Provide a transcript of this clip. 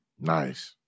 Nice